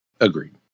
Agreed